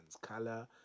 color